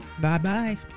Bye-bye